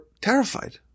terrified